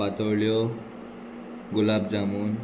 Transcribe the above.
पातोळ्यो गुलाब जामून